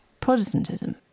Protestantism